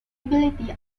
ability